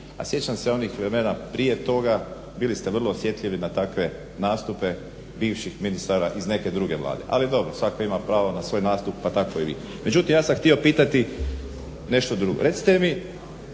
a sjećam se ovih vremena prije toga. Bili ste vrlo osjetljivi na takve nastupe bivših ministara iz neke druge Vlade. Ali dobro, svatko ima pravo na svoj nastup pa tako i vi. Međutim ja sam htio pitati nešto drugo. Recite mi